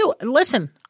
listen